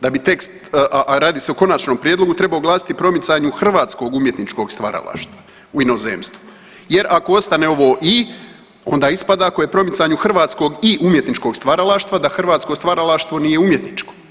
Da bi tekst, a radi se o konačnom prijedlogu, trebao glasiti hrvatskog umjetničkog stvaralaštva u inozemstvu jer ako ostane ovo i onda ispada ako je promicanje hrvatskog i umjetničkog stvaralaštva, da hrvatsko stvaralaštvo nije umjetničko.